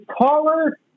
taller